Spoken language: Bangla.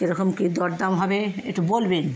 কিরকম কী দরদাম হবে একটু বলবেন